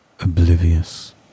oblivious